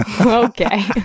Okay